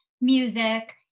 music